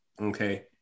Okay